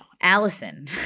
Allison